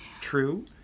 true